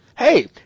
Hey